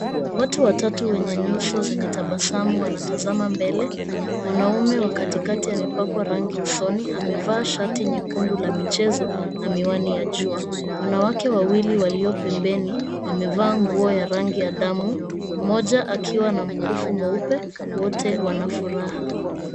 Watu watatu wenye nyuso zenye tabasamu wanatazama mbele. Mwanaume wa katikati amepakwa rangi usoni. Amevaa shati nyekundu la michezo na miwani ya jua. Wanawake wawili walio pembeni wamevaa nguo ya rangi ya damu, mmoja akiwa na mkufu mweupe. Wote wana furaha.